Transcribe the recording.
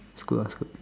Scoot ah Scoot